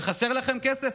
וחסר לכם כסף?